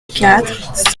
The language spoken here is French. quatre